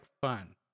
fun